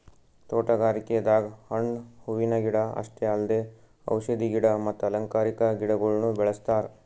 ತೋಟಗಾರಿಕೆದಾಗ್ ಹಣ್ಣ್ ಹೂವಿನ ಗಿಡ ಅಷ್ಟೇ ಅಲ್ದೆ ಔಷಧಿ ಗಿಡ ಮತ್ತ್ ಅಲಂಕಾರಿಕಾ ಗಿಡಗೊಳ್ನು ಬೆಳೆಸ್ತಾರ್